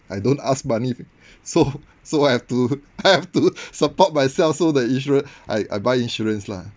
I don't ask money so so I have to I have to support myself so the insurance I I buy insurance lah